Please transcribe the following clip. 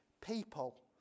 people